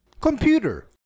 Computer